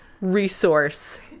resource